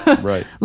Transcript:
Right